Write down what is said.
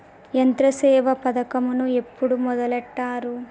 యంత్రసేవ పథకమును ఎప్పుడు మొదలెట్టారు?